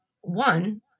one